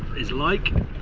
is like,